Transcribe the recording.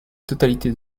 totalité